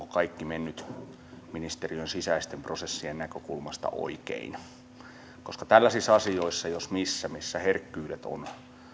kaikki mennyt ministeriön sisäisten prosessien näkökulmasta oikein tällaisissa asioissa jos missä missä herkkyydet ovat